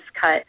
cut